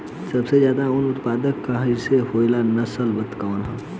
सबसे ज्यादा उन उत्पादन करे वाला नस्ल कवन ह?